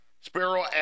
sparrow